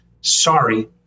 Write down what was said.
sorry